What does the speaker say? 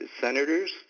senators